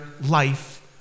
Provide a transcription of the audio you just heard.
life